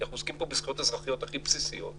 כי אנחנו עוסקים בו בזכויות אזרחיות הכי בסיסיות,